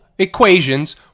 Equations